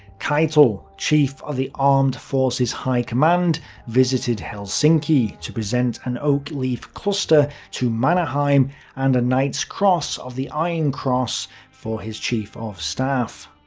keitel chief of the armed forces high command visited helsinki to present an oak leaf cluster to mannerheim and a knight's cross of the iron cross for his chief of staff.